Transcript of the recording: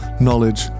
knowledge